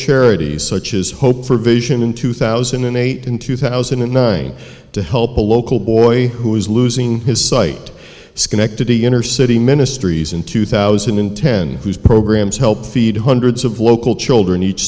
charities such as hope for vision in two thousand and eight in two thousand and nine to help a local boy who is losing his sight schenectady inner city ministries in two thousand and ten whose programs help feed hundreds of local children each